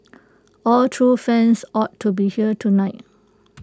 all true fans ought to be here tonight